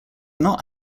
not